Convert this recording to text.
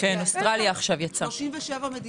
37 מדינות.